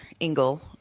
engel